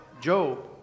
Job